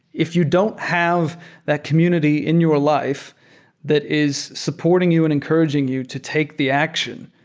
if you don't have that community in your life that is supporting you and encouraging you to take the action,